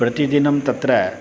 प्रतिदिनं तत्र